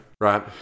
Right